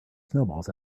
snowballs